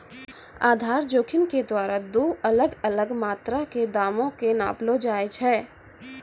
आधार जोखिम के द्वारा दु अलग अलग मात्रा के दामो के नापलो जाय छै